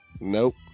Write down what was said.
nope